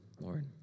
Lord